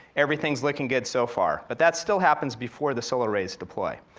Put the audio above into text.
everything's looking good so far, but that still happens before the solar arrays deploy.